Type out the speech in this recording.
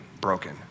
broken